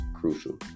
crucial